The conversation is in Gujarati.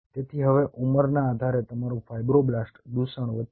તેથી હવે ઉંમરના આધારે તમારું ફાઇબ્રોબ્લાસ્ટ દૂષણ વધશે